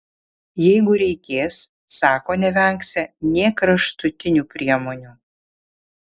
jeigu reikės sako nevengsią nė kraštutinių priemonių